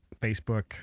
Facebook